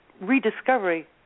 rediscovery